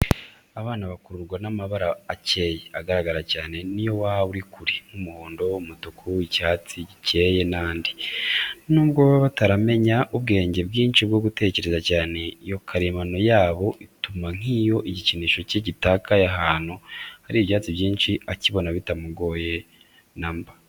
Abana bakururwa n'amabara akeye, agaragara cyane n'iyo waba uri kure: nk'umuhondo, umutuku, icyatsi gikeye n'andi, n'ubwo baba bataramenya ubwenge bwinshi bwo gutekereza cyane, iyo karemano yabo ituma nk'iyo igikinisho cye gitakaye ahantu hari ibyatsi byinshi, akibona bitamugoye na mba.